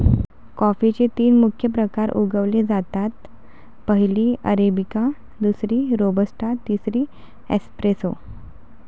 कॉफीचे तीन मुख्य प्रकार उगवले जातात, पहिली अरेबिका, दुसरी रोबस्टा, तिसरी एस्प्रेसो